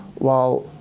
well